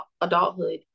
adulthood